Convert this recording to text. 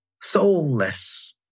soulless